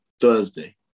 Thursday